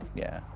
yeah,